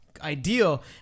ideal